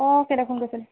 অঁ